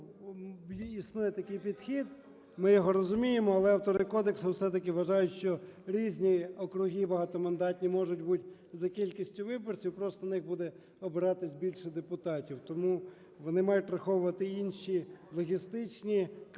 існує такий підхід, ми його розуміємо, але автори кодексу, все-таки, вважають, що різні округи багатомандатні можуть бути за кількістю виборців, просто в них буде обиратись більше депутатів. Тому вони мають враховувати інші, логістичні критерії,